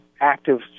active